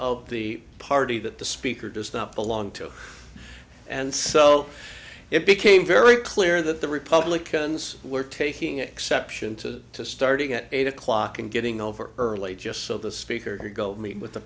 of the party that the speaker does not belong to and so it became very clear that the republicans were taking exception to to starting at eight o'clock and getting over early just so the speaker to go meet with the